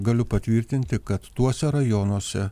galiu patvirtinti kad tuose rajonuose